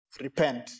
Repent